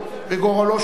וגורלו שלו,